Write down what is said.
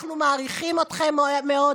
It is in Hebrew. אנחנו מעריכים אתכם מאוד,